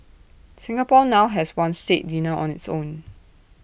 Singapore now has one state dinner on its own